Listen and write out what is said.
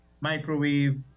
microwave